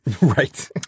Right